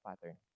pattern